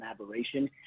aberration